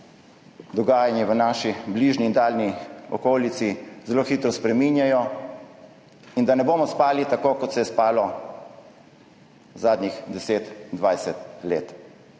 dogajanje v naši bližnji in daljni okolici zelo hitro spreminjajo in da ne bomo spali tako, kot se je spalo zadnjih deset,